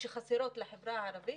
שחסרות לחברה הערבית